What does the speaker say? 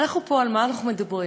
ואנחנו פה, על מה אנחנו מדברים?